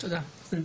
נעבור עכשיו